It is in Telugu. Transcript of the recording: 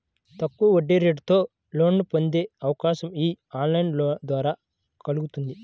తక్కువ వడ్డీరేటుతో లోన్లను పొందే అవకాశం యీ ఆన్లైన్ లోన్ల ద్వారా కల్గుతుంది